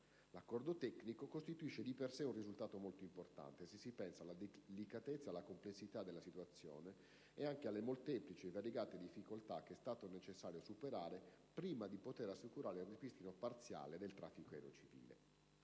L'accordo tecnico, dunque, costituisce di per sé un risultato molto importante, se si pensa alla delicatezza e alla complessità della situazione ed anche alle molteplici e variegate difficoltà che è stato necessario superare prima di poter assicurare il ripristino parziale del traffico aereo civile.